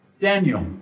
Daniel